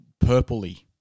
purpley